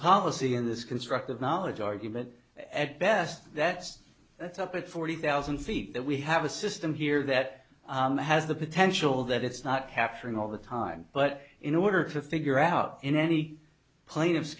policy and this construct of knowledge argument at best that's that's up at forty thousand feet that we have a system here that has the potential that it's not happening all the time but in order to figure out in any plaintiff